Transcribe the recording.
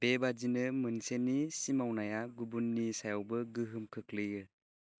बे बायदिनो मोनसेनि सिमावनाया गुबुननि सायावबो गोहोम खोख्लैयो